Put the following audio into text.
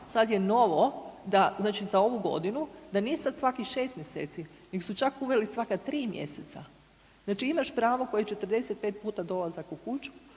sad je novo da, znači za ovu godinu, da nije sad svakih 6 mjeseci nego su čak uveli svaka 3 mjeseca. Znači imaš pravo koje je 45 puta dolazak u kući,